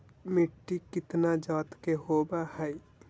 मिट्टी कितना जात के होब हय?